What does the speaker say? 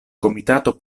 komitato